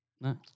No